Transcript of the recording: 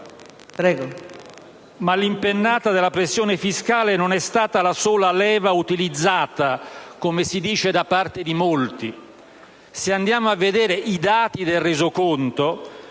Ma l'impennata della pressione fiscale non è stata la sola leva utilizzata, come si continua a sostenere da parte di molti. Se andiamo a vedere i dati del rendiconto,